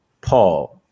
Paul